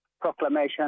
proclamation